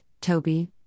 Toby